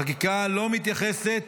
החקיקה לא מתייחסת